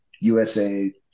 USA